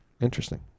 Interesting